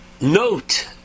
Note